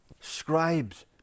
scribes